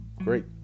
Great